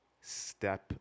step